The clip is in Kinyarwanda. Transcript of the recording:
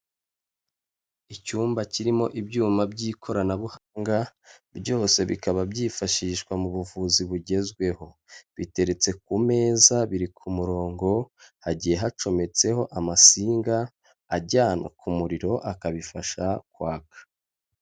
Icyumba kirimo ibyuma by'ikoranabuhanga, byose bikaba byifashishwa mu buvuzi bugezweho. Biteretse ku meza biri ku murongo, hagiye hacometseho amasinga ajyanwa ku muriro akabifasha kwaka.